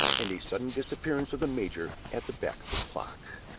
and a sudden disappearance of the major at the back of the clock.